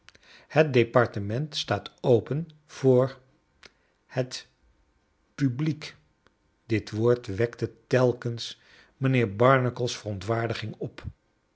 het departement staat open voor het publiek dit woord wek te telkens mijnheer barnacle's verontwaardiging op